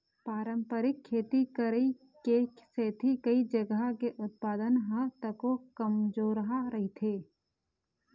पारंपरिक खेती करई के सेती कइ जघा के उत्पादन ह तको कमजोरहा रहिथे